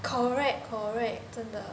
correct correct 真的